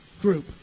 group